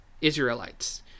Israelites